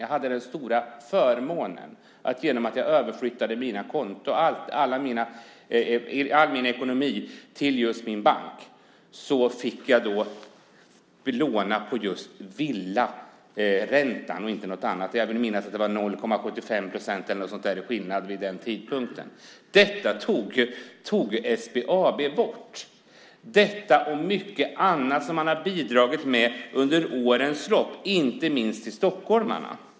Jag hade den stora förmånen att jag genom att flytta över all min ekonomi till en viss bank fick belåna på villaräntan och inte på något annat, även om skillnaden vid den tidpunkten endast var 0,75 procent eller något sådant. Detta tog SBAB bort, liksom mycket annat som man bidragit med under årens lopp, inte minst bland stockholmarna.